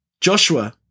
joshua